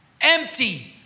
empty